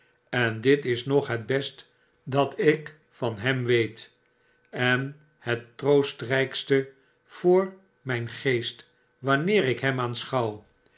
en dit is nog het best dat ik van hem weet en het troostrtfkste voor mjjn geest wanneer ik hem